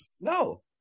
No